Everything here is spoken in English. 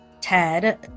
Ted